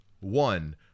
one